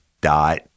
dot